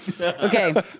Okay